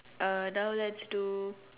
uh now let's do